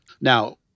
now